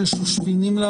אין.